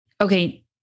Okay